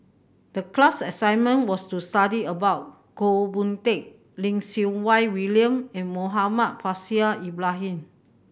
the class assignment was to study about Goh Boon Teck Lim Siew Wai William and Muhammad Faishal Ibrahim